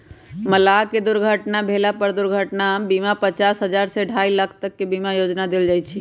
मलाह के दुर्घटना भेला पर दुर्घटना बीमा पचास हजार से अढ़ाई लाख तक के बीमा योजना देल जाय छै